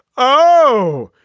oh,